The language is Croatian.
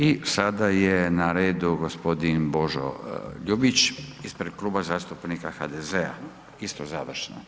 I sada je na redu gospodin Božo Ljubić ispred Kluba zastupnika HDZ-a isto završno.